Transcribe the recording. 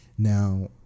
Now